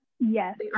yes